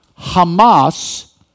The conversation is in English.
Hamas